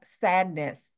sadness